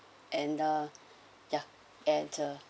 and ah ya and the